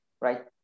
right